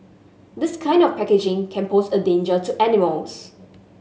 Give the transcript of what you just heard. this kind of packaging can pose a danger to animals